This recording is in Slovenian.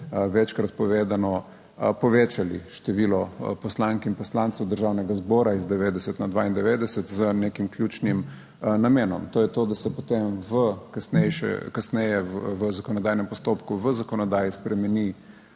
večkrat povedano, povečali število poslank in poslancev Državnega zbora iz 90 na 92, z nekim ključnim namenom, to je to, da se potem kasneje, kasneje v zakonodajnem postopku, v zakonodaji spremeni